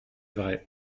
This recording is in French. vrai